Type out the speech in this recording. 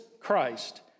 Christ